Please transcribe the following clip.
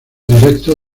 directo